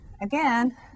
again